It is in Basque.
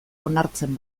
onartzen